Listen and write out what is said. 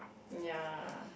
ya